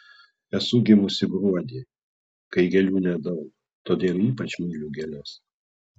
esu gimusi gruodį kai gėlių nedaug todėl ypač myliu gėles